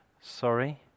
sorry